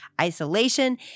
isolation